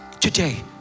today